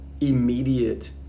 immediate